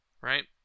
right